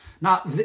Now